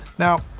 now,